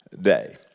day